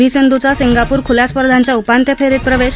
V सिंधूचा Singapore खुल्या स्पर्धांच्या उपांत्य फेरीत प्रवेश